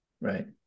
Right